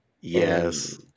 Yes